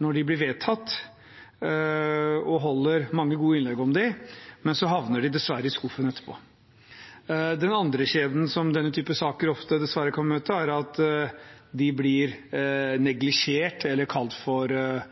når de blir vedtatt, og holder mange gode innlegg om dem, men så havner de dessverre i skuffen etterpå. Den andre skjebnen som denne typen saker dessverre ofte kan møte, er at de blir neglisjert eller kalt for